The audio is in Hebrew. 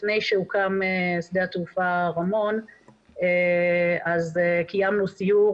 לפני שהוקם שדה התעופה רמון קיימנו סיור